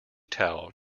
towel